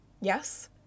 Yes